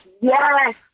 yes